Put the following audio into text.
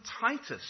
Titus